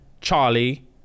Charlie